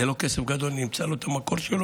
זה לא כסף גדול, ונמצא לו את המקור.